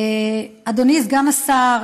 אדוני סגן השר,